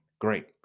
Great